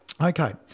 Okay